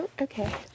Okay